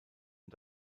und